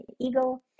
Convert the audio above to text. eagle